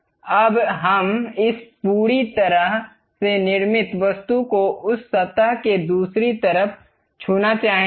अब हम इस पूरी तरह से निर्मित वस्तु को उस सतह के दूसरी तरफ छूना चाहेंगे